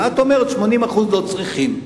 את אומרת ש-80% לא צריכים.